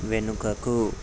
వెనుకకు